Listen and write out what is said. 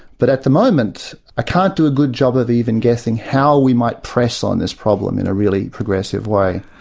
but at the moment, i can't do a good job of even guessing how we might press on this problem in a really progressive way.